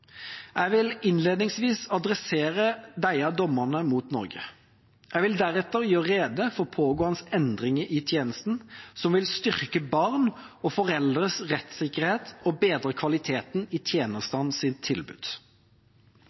Jeg vil innledningsvis adressere disse dommene mot Norge. Jeg vil deretter gjøre rede for pågående endringer i tjenesten som vil styrke barn og foreldres rettssikkerhet og bedre kvaliteten i tjenestens tilbud.